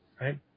Right